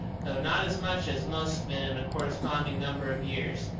though not as much as most men in a corresponding number of years,